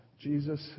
Jesus